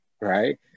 right